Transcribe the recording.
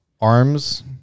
arms